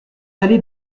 allée